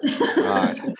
Right